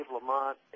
Lamont